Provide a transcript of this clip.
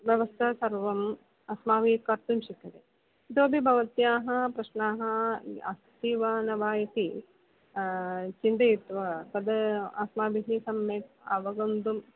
व्यवस्था सर्वम् अस्माभिः कर्तुं शक्यते इतोपि भवत्याः प्रश्नाः अस्ति वा न वा इति चिन्तयित्वा तद् अस्माभिः सम्यक् अवगन्तुम्